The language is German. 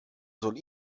soll